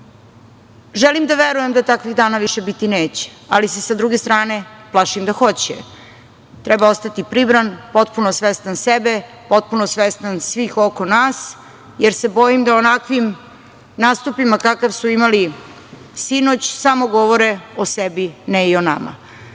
Srbin. Želim da verujem da takvih dana više biti neće, ali se sa druge strane plašim da hoće. Treba ostati pribran, potpuno svestan sebe, potpuno svestan svih oko nas, jer se bojim a onakvim nastupima kakav su imali sinoć samo govore o sebi, ne i o